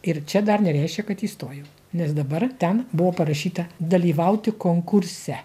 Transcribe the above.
ir čia dar nereiškia kad įstojau nes dabar ten buvo parašyta dalyvauti konkurse